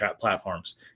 platforms